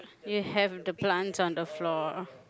we have the plants on the floor